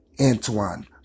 Antoine